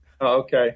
Okay